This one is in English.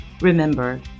Remember